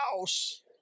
house